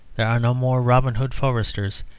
there are no more robin hood foresters,